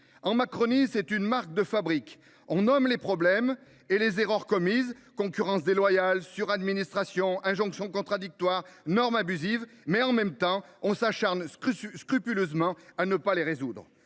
y remédier. C’est une marque de fabrique de la Macronie : on nomme les problèmes et les erreurs commises – concurrence déloyale, suradministration, injonctions contradictoires, normes abusives, etc. –, mais, « en même temps », on s’acharne scrupuleusement à ne pas les résoudre.